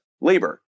labor